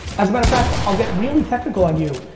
as a matter of fact, i'll get really technical on you.